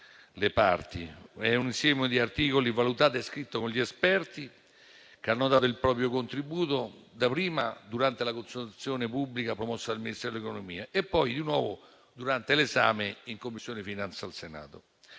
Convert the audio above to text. le parti. È un insieme di articoli valutato e scritto con esperti che hanno dato il proprio contributo, dapprima durante la consultazione pubblica promossa dal Ministero dell'economia e delle finanze e poi, di nuovo, durante l'esame in Commissione finanze al Senato.